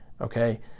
okay